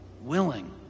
willing